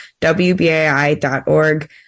WBAI.org